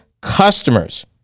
customers